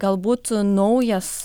galbūt naujas